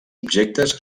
objectes